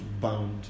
bound